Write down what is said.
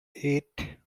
eight